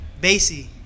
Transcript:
Basie